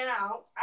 out